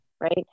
right